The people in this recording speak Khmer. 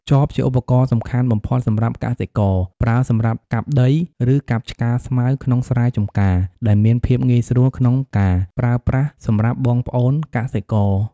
ចប ជាឧបករណ៍សំខាន់បំផុតសម្រាប់កសិករ ប្រើសម្រាប់កាប់ដី និងកាប់ឆ្ការស្មៅក្នុងស្រែចម្ការដែលមានភាពងាយស្រួលក្នុងការប្រើប្រាស់សម្រាប់បងប្អូនកសិករ។